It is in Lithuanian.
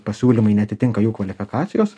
pasiūlymai neatitinka jų kvalifikacijos